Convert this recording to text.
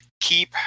keep